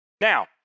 Now